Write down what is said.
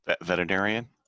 Veterinarian